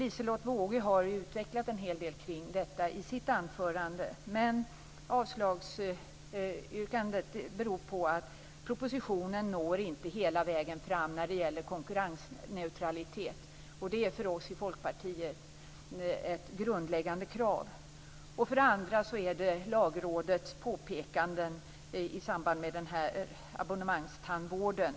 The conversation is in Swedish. Liselotte Wågö har utvecklat detta en hel del i sitt anförande här. Avslagsyrkandet beror för det första på att propositionen inte når hela vägen fram när det gäller konkurrensneutraliteten, som för oss i Folkpartiet är ett grundläggande krav. För det andra gäller det Lagrådets påpekanden i samband med abonnemangstandvården.